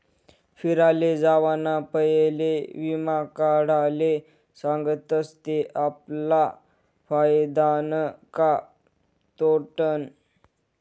फिराले जावाना पयले वीमा काढाले सांगतस ते आपला फायदानं का तोटानं